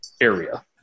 area